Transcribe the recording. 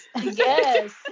Yes